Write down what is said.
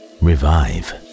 revive